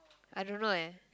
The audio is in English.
I don't know leh